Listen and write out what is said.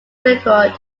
record